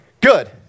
Good